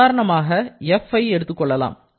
உதாரணமாக fஐ எடுத்துக் கொள்ளலாம்